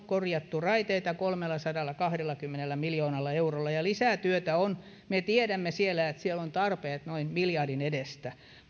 korjattu raiteita kolmellasadallakahdellakymmenellä miljoonalla eurolla lisää työtä on me tiedämme että siellä on tarpeet noin miljardin edestä